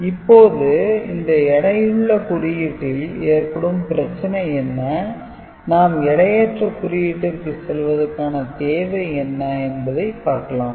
இப்போது இந்த எடையுள்ள குறியீட்டில் ஏற்படும் பிரச்சனை என்ன நாம் எடையற்ற குறியீட்டிற்கு செல்வதற்கான தேவை என்ன என்பதை பார்க்கலாம்